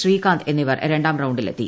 ശ്രീകാന്ത് എന്നിവർ രണ്ടാം റൌണ്ടിൽ എത്തി